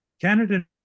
canada